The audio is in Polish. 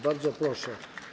Bardzo proszę.